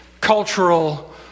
cultural